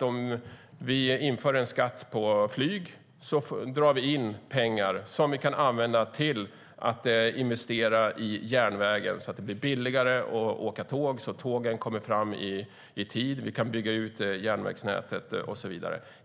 Om vi inför en skatt på flyg drar vi in pengar som vi kan använda för att investera i järnvägen, så att det blir billigare att åka tåg, så att tågen kommer fram i tid, så att vi kan bygga ut järnvägsnätet och så vidare.